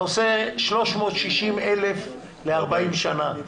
עושה 360,000 ל-40 שנה.